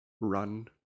run